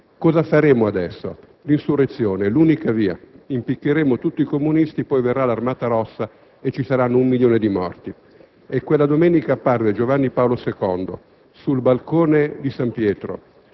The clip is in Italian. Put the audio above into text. «Cosa faremo adesso? L'insurrezione è l'unica via. Impiccheremo tutti i comunisti, poi verrà l'Armata rossa e ci saranno un milione di morti». Quella domenica apparve Giovanni Paolo II sul balcone di San Pietro